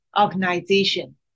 organization